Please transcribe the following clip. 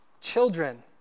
Children